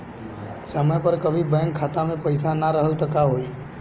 समय पर कभी बैंक खाता मे पईसा ना रहल त का होई?